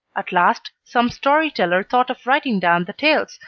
at last some storyteller thought of writing down the tales,